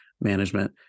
management